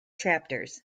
chapters